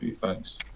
Thanks